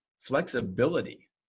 flexibility